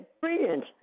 brilliant